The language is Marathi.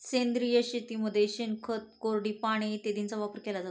सेंद्रिय शेतीमध्ये शेणखत, कोरडी पाने इत्यादींचा वापर केला जातो